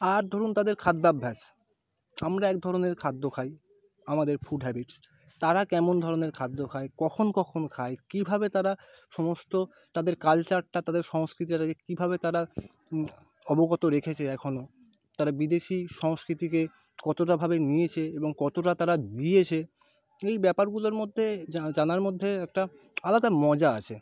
আর ধরুন তাদের খাদ্যাভ্যাস আমরা এক ধরনের খাদ্য খাই আমাদের ফুড হ্যাবিটস তারা কেমন ধরনের খাদ্য খায় কখন কখন খায় কীভাবে তারা সমস্ত তাদের কালচারটা তাদের সংস্কৃতিটাকে কীভাবে তারা অবগত রেখেছে এখনও তারা বিদেশী সংস্কৃতিকে কতটাভাবে নিয়েছে এবং কতটা তারা দিয়েছে এই ব্যাপারগুলোর মধ্যে জানার মধ্যে একটা আলাদা মজা আছে